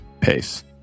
pace